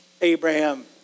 Abraham